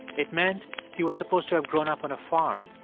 it meant he was supposed to have grown up on a farm,